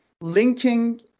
linking